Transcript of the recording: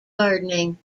gardening